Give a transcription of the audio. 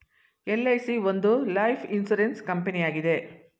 LIC ಒಂದು life insurance ಕಂಪನಿಯಾಗಿದೆ